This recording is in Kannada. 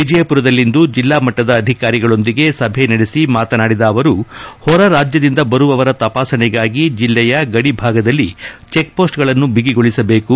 ವಿಜಯಪುರದಲ್ಲಿಂದು ಜಿಲ್ಲಾ ಮಟ್ಟದ ಅಧಿಕಾರಿಗಳೊಂದಿಗೆ ಸಭೆ ನಡೆಸಿ ಮಾತನಾಡಿದ ಅವರು ಹೊರ ರಾಜ್ಯದಿಂದ ಬರುವವರ ತಪಾಸಣೆಗಾಗಿ ಜಿಲ್ಲೆಯ ಗಡಿಭಾಗದಲ್ಲಿ ಚೆಕ್ಪೋಸ್ಟ್ಗಳನ್ನು ಬಿಗಿಗೊಳಿಸಬೇಕು